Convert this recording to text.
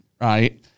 right